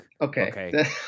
Okay